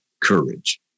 courage